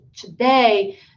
today